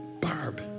Barb